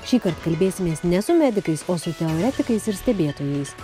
šįkart kalbėsimės ne su medikais o su teoretikais ir stebėtojais